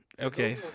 Okay